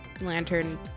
lantern